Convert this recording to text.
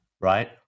right